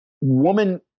woman